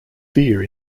fear